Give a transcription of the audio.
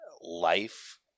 life